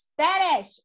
Spanish